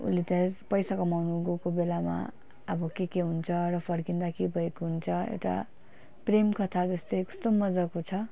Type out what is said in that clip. उसले त्यहाँ पैसा कमाउनु गएको बेलामा अब के के हुन्छ र फर्किँदा के भएको हुन्छ एउटा प्रेम कथा जस्तै कस्तो मज्जाको छ